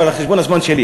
אבל זה על חשבון הזמן שלי,